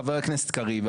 חבר הכנסת קריב,